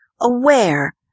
aware